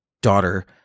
daughter